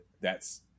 thats